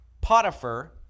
Potiphar